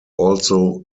also